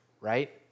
right